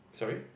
sorry